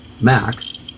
max